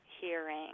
hearing